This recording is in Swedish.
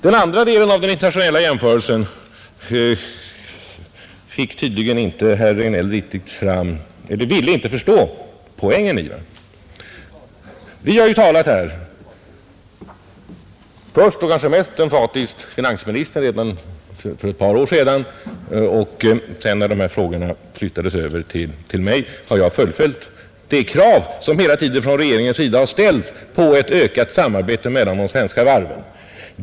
Den andra delen i den internationella jämförelsen ville herr Regnéll tydligen inte förstå poängen i. Vi har ju här — först och kanske mest emfatiskt finansministern redan för ett par år sedan, men sedan dessa frågor flyttades över till mig har jag fullföljt hans politik — från regeringens sida ställt krav på ett ökat samarbete mellan de svenska varven.